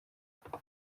muhanga